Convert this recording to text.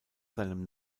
seinem